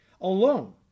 alone